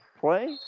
play